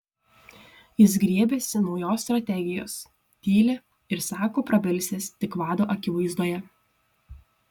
jis griebiasi naujos strategijos tyli ir sako prabilsiąs tik vado akivaizdoje